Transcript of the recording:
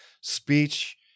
speech